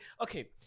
Okay